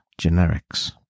generics